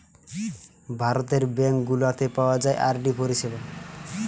ভারতের ব্যাঙ্ক গুলাতে পাওয়া যায় আর.ডি পরিষেবা